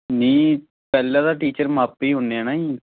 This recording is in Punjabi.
ਨਹੀਂ ਪਹਿਲਾਂ ਤਾਂ ਟੀਚਰ ਮਾਪੇ ਹੀ ਹੁੰਦੇ ਹੈ ਨਾ ਜੀ